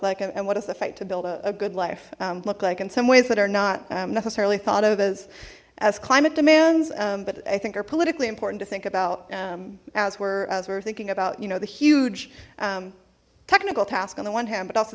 like and what is the fight to build a good life look like in some ways that are not necessarily thought of as as climate demands but i think are politically important to think about as where as we're thinking about you know the huge technical tasks on the one hand but also